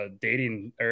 dating